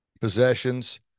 possessions